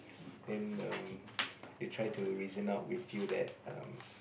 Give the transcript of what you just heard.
then um they try to reason out with you that um